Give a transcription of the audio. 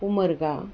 Umarga